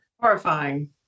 horrifying